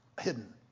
hidden